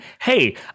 hey